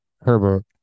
Herbert